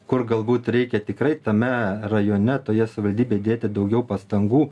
kur galbūt reikia tikrai tame rajone toje savivaldybėj dėti daugiau pastangų